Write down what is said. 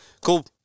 Cool